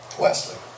Wesley